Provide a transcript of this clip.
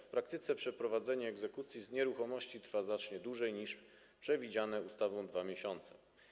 W praktyce przeprowadzenie egzekucji z nieruchomości trwa znacznie dłużej niż przewidziane ustawą 2 miesiące.